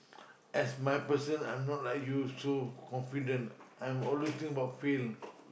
as my person I'm not like you so confident I'm always think about fail